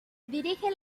dirige